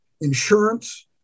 insurance